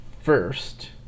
first